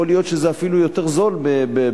יכול להיות שזה אפילו יותר זול בקצת,